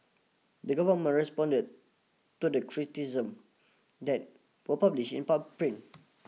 the government responded to the criticisms that were published in pub print